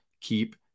keep